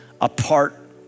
apart